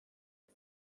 det